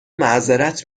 معذرت